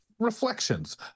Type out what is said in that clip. Reflections